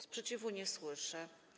Sprzeciwu nie słyszę.